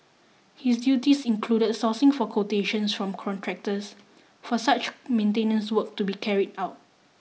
his duties included sourcing for quotations from contractors for such maintenance work to be carried out